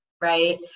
right